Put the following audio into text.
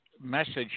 message